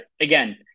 again